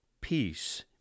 Peace